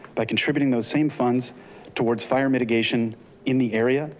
by contributing those same funds towards fire mitigation in the area.